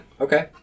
Okay